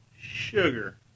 sugar